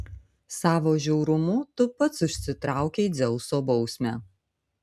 savo žiaurumu tu pats užsitraukei dzeuso bausmę